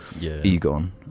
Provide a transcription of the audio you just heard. Egon